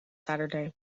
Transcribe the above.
saturday